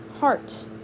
heart